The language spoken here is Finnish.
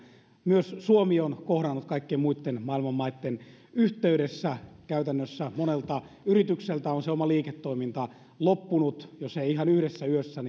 myös suomi on kohdannut kaikkien muitten maailman maitten yhteydessä käytännössä monelta yritykseltä on se oma liiketoiminta loppunut seinään jos ei ihan yhdessä yössä